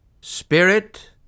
Spirit